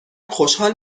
خوشحال